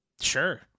Sure